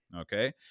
Okay